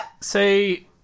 say